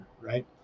right